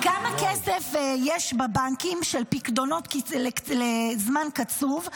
כמה כסף יש בבנקים של פיקדונות לזמן קצוב?